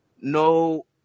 no